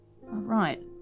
Right